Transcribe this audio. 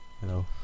Hello